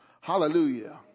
Hallelujah